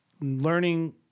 learning